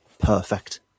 Perfect